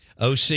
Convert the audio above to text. OC